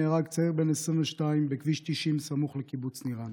נהרג צעיר בן 22 בכביש 90 סמוך לקיבוץ נירן.